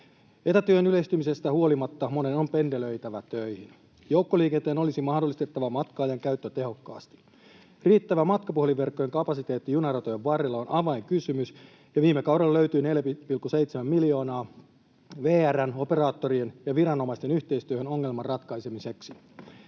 Etätyön yleistymisestä huolimatta monen on pendelöitävä töihin. Joukkoliikenteen olisi mahdollistettava matka-ajan käyttö tehokkaasti. Riittävä matkapuhelinverkkojen kapasiteetti junaratojen varrella on avainkysymys, ja viime kaudella löytyi 4,7 miljoonaa VR:n, operaattorien ja viranomaisten yhteistyöhön ongelman ratkaisemiseksi.